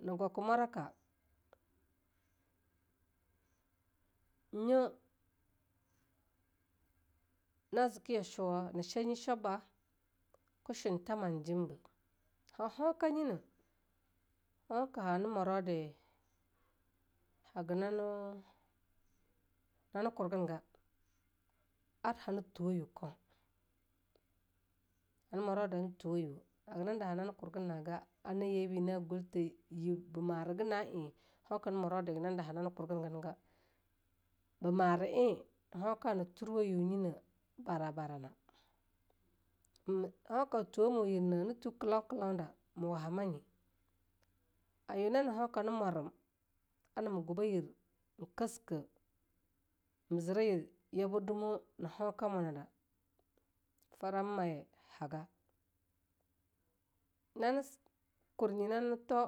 Naga kumaraka nye na zike yashuwa ne shenyishwaba ke shoen tama jimbe. han hoeka nyine, hoeka hana morode haga namu nane kurgen am ar hane tu woyu koue, hane morode hana tuwayuwe, haga nane daha nane kurgen naga a nyena yebe na gwal the nyib be marayaga na'ae hoeka hana morode haga na daha nane kurgenega, ba mara ae hoeka hana tuwe yue nyine barabara na. m hoeka a tue mu yirne hana tue kilau-kilau da ma wahamanye, a nye na hoeka hana moren a na me kuba yir nae kasika ma zira nyir yaba dumawe na hoeka, munada faramaye haga, nane--kurye toa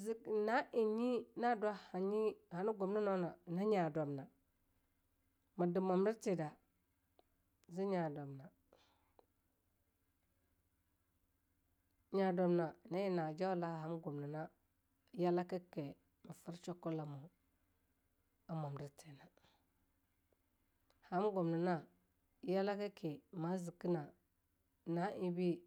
zuk na'ae yi hana gunanau yera nya dumna me de nomdirthe da zi nya dumna nya dumna nyena ne jaula han gunena yalake me fir shwakulelamu a modirthe na ham gumnena a yalake ma zikena na'ebe.